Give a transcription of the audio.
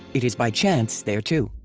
it is by chance there too.